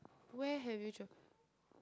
where have you travel